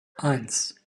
eins